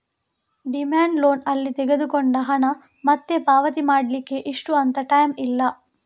demand loan ಅಲ್ಲಿ ತಗೊಂಡ ಹಣ ಮತ್ತೆ ಪಾವತಿ ಮಾಡ್ಲಿಕ್ಕೆ ಇಷ್ಟು ಅಂತ ಟೈಮ್ ಇಲ್ಲ